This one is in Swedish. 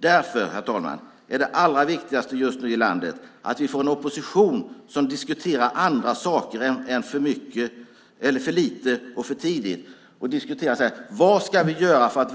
Därför är det allra viktigaste i landet just nu att vi får en opposition som diskuterar andra saker än om det har varit för lite och för sent. I stället ska man diskutera vad vi ska göra för att